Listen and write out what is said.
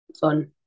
fun